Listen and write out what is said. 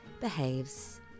behaves